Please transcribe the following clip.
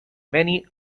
many